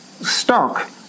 stock